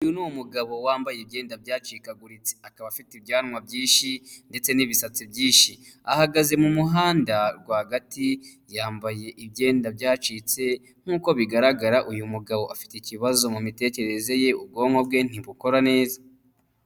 Uyu ni umugabo wambaye ibyenda byacikaguritse. Akaba afite ibyanwa byinshi ndetse n'ibisatsi byinshi, ahagaze mu muhanda rwagati yambaye ibyenda byacitse nk'uko bigaragara uyu mugabo afite ikibazo mu mitekerereze ye ubwonko bwe ntibukora neza.